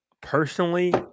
personally